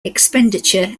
expenditure